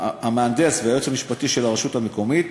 המהנדס והיועץ המשפטי של הרשות המקומית.